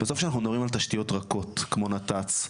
בסוף כשאנחנו מדברים על תשתיות רכות כמו נת"צ,